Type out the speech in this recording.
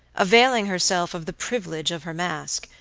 availing herself of the privilege of her mask,